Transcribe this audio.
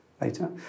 later